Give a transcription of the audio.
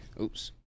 Oops